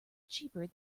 cheaper